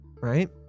right